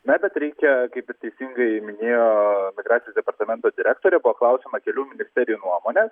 na bet reikia kaipir teisingai minėjo migracijos departamento direktorė buvo klausiama kelių ministerijų nuomonė